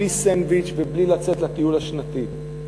בלי סנדוויץ' ובלי לצאת לטיול השנתי.